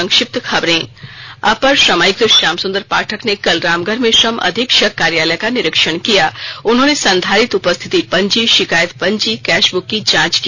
संक्षिप्त खबरें अपर श्रमायुक्त श्याम सुंदर पाठक ने कल रामगढ़ में श्रम अधीक्षक कार्यालय का निरीक्षण किया उन्होंने संधारित उपस्थिति पंजी शिकायत पंजी कैश बुक की जांच की